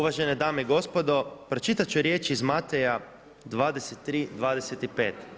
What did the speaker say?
Uvažene dame i gospodo, pročitati ću riječi iz Mateja 23,25.